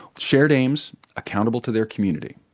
shared aims, accountable to their community.